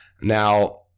Now